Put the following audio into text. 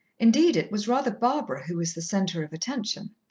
indeed it was rather barbara who was the centre of attention.